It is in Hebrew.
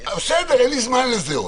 בסדר, אין לי זמן לזה.